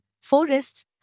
forests